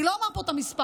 אני לא אומר פה את המספר,